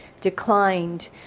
declined